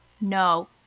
No